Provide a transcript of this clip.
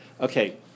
Okay